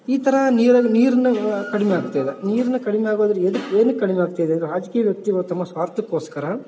ಈ ಥರ ನೀರು ನೀರನ್ನು ಕಡಿಮೆ ಆಗ್ತಾ ಇದೆ ನೀರನ್ನ ಕಡಿಮೆ ಆಗೋದು ಯಾವ್ದಕ್ ಏನಕ್ಕೆ ಕಡಿಮೆ ಆಗ್ತಿದೆ ಅಂದರೆ ರಾಜಕೀಯ ವ್ಯಕ್ತಿಗಳು ತಮ್ಮ ಸ್ವಾರ್ಥಕ್ಕೋಸ್ಕರ